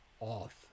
off